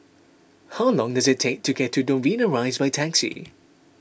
how long does it take to get to Novena Rise by taxi